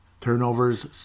Turnovers